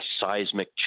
seismic